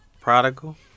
Prodigal